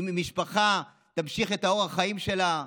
אם המשפחה תמשיך את אורח החיים שלה.